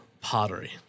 pottery